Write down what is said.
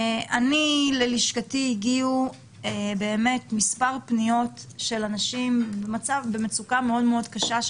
ללשכתי הגיעו מספר פניות של אנשים במצוקה מאוד קשה,